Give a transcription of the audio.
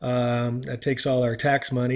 that takes all our tax money